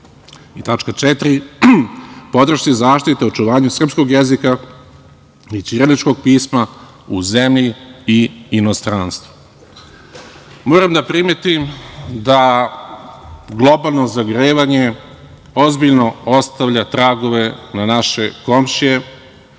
- podršci, zaštiti i očuvanju srpskog jezika i ćiriličkog pisma u zemlji i inostranstvu. Moram da primetim da globalno zagrevanje ozbiljno ostavlja tragove na naše komšije